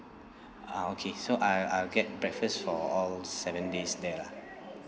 ah okay so I'll I'll get breakfast for all seven days there lah